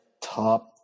top